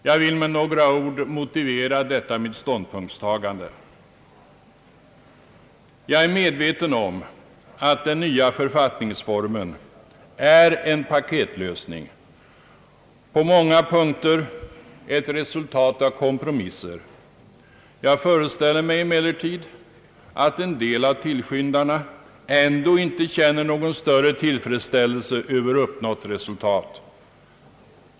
Jag vill med några ord motivera detta mitt ståndpunktstagande. Jag är medveten om att den nya författningsreformen är en paketlösning, på många punkter ett resultat av kompromisser. Jag föreställer mig emellertid att en del av tillskyndarna ändå inte känner någon större tillfredsställelse över uppnått resultat.